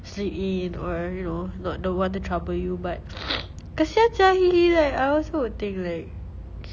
sleep in or you know not the one to trouble you but kesian sia he he like I also will think like